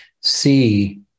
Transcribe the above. see